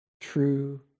true